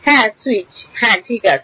হ্যাঁ সুইচ হ্যাঁ ঠিক আছে